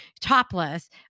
topless